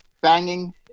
banging